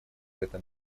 этом